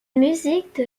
musique